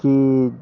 कि